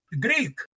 Greek